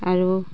আৰু